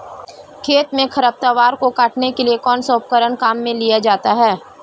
खेत में खरपतवार को काटने के लिए कौनसा उपकरण काम में लिया जाता है?